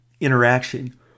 interaction